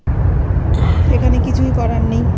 এখানে কিছুই করার নেই